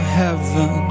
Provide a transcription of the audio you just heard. heaven